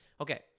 okay